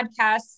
podcasts